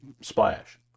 splash